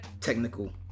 technical